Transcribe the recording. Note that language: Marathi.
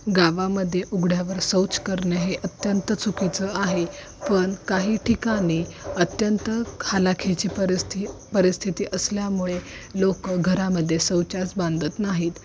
गावामध्ये उघड्यावर शौच करणं हे अत्यंत चुकीचं आहे पण काही ठिकाणी अत्यंत हलाखीची परिस्थिती परिस्थिती असल्यामुळे लोक घरामध्ये शौचास बांधत नाहीत